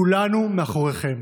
כולנו מאחוריכם.